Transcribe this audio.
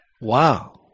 Wow